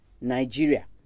Nigeria